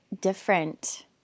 different